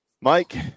Mike